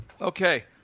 Okay